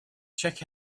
check